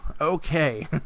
okay